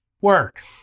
work